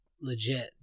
legit